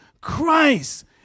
Christ